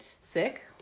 sick